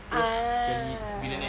terus jadi billionaire